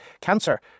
cancer